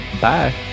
bye